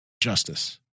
justice